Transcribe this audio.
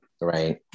right